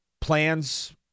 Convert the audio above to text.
plans